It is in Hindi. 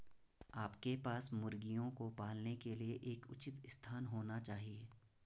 आपके पास मुर्गियों को पालने के लिए एक उचित स्थान होना चाहिए